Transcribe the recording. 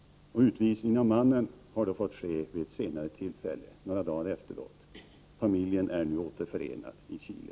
Utvisningen av mannen har därför fått ske vid ett senare tillfället — närmare bestämt några dagar senare. Familjen är nu återförenad i Chile.